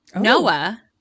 Noah